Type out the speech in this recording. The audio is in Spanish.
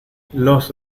los